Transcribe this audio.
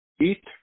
eat